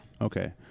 Okay